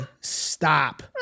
Stop